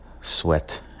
sweat